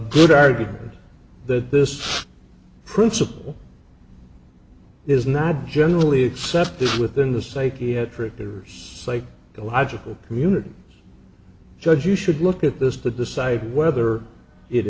good argument that this principle is not generally accepted within the psychiatric there's a logical community judge you should look at this to decide whether it